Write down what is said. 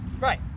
Right